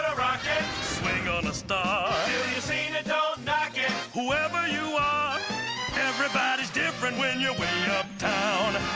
rocket swing on a star a dog naggit whoever you are everybody's different when you're way up town